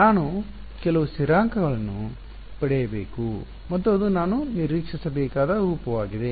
ನಾನು ಕೆಲವು ಸ್ಥಿರಾಂಕಗಳನ್ನು ಪಡೆಯಬೇಕು ಮತ್ತು ಅದು ನಾನು ನಿರೀಕ್ಷಿಸಬೇಕಾದ ರೂಪವಾಗಿದೆ